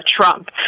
Trump